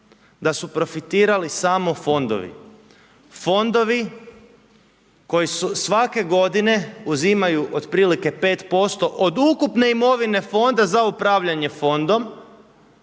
da su profitirali samo fondovi, fondovi koji su svake godine uzimaju otprilike 5% od ukupne imovine fonda za upravljanje fondom,